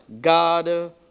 God